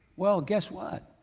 well, guess what,